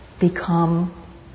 become